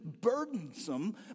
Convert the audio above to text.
burdensome